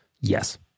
Yes